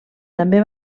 també